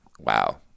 wow